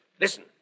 Listen